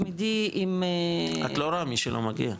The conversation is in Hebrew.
תמידי עם --- את לא רואה מי שלא מגיע,